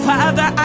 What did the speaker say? Father